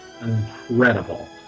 incredible